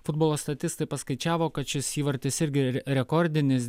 futbolo statistai paskaičiavo kad šis įvartis irgi rekordinis